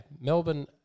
Melbourne